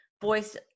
voice